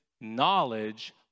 knowledge